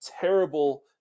terrible